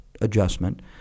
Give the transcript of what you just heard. adjustment